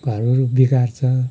घरहरू बिगार्छ